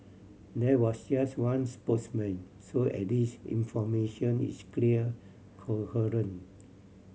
there was just one spokesman so at least information is clear coherent